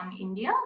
India